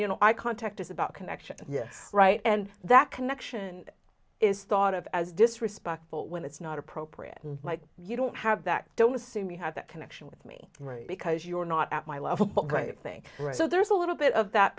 you know i contact is about connection yes right and that connection is thought of as disrespectful when it's not appropriate and you don't have that don't assume you have that connection with me because you're not at my level but i think so there's a little bit of that